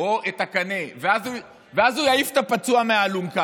את הקת של הרובה או את הקנה ואז הוא יעיף את הפצוע מהאלונקה.